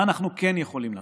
מה אנחנו כן יכולים לעשות,